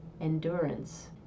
endurance